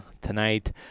tonight